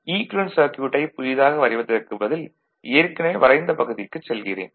equivalent சர்க்யூட்டைப் புதிதாக வரைவதற்குப் பதில் ஏற்கனவே வரைந்த பகுதிக்குச் செல்கிறேன்